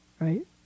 right